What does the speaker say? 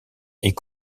est